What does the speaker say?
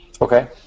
Okay